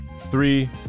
three